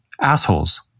assholes